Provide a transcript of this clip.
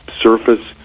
surface